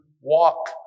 walk